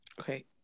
Okay